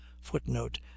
footnote